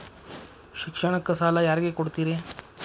ಶಿಕ್ಷಣಕ್ಕ ಸಾಲ ಯಾರಿಗೆ ಕೊಡ್ತೇರಿ?